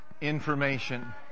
information